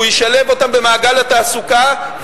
והוא ישלב אותם במעגל התעסוקה,